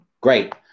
Great